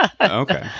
Okay